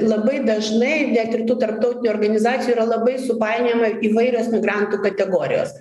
labai dažnai net ir tų tarptautinių organizacijų yra labai supainiojama įvairios migrantų kategorijos